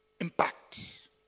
impact